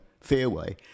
fairway